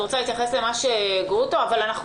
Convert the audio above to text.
את רוצה להתייחס אל מה שפרופ' גרוטו אמר?